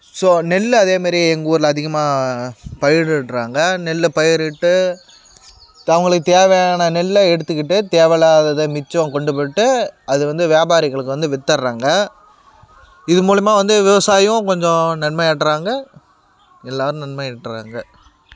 so நெல்லு அதே மாதிரி எங்கள் ஊரில் அதிகமாக பயிரிடுறாங்க நெல்லை பயிரிட்டு அவங்களுக்கு தேவையான நெல்லை எடுத்துகிட்டு தேவையில்லாததை மிச்சம் கொண்டு போய்கிட்டு அது வந்து வியாபாரிகளுக்கு வந்து விற்றுர்றாங்க இது மூலிமா வந்து விவசாயும் கொஞ்சம் நன்மை அடைறாங்க எல்லோரும் நன்மை அடைறாங்க